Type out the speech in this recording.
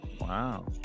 Wow